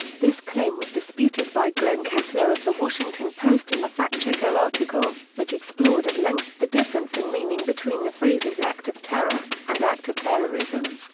this claim was disputed by glenn kessler of the washington post in a fact checker article, which explored at length the difference in meaning between the phrases act of terror and act of terrorism.